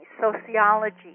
Sociology